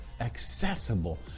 accessible